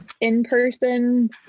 in-person